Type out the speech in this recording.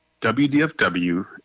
WDFW